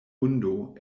hundo